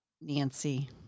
Nancy